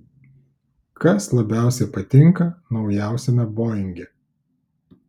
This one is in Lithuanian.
kas labiausiai patinka naujausiame boinge